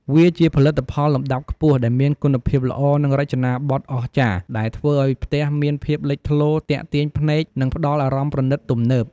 វាជាផលិតផលលំដាប់ខ្ពស់ ដែលមានគុណភាពល្អ និងរចនាបថអស្ចារ្យ ដែលធ្វើឱ្យផ្ទះមានភាពលេចធ្លោ ទាក់ទាញភ្នែក និងផ្តល់អារម្មណ៍ប្រណិត ទំនើប ។